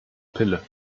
pille